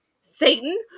Satan